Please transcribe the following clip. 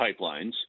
pipelines